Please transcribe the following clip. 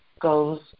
goes